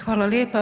Hvala lijepa.